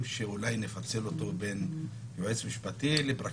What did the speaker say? שאולי נפצל אותו בין יועץ משפטי לפרקליט?